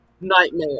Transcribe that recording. nightmare